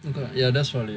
ya that's probably